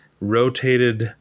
rotated